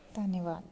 धन्नबाद